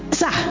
sir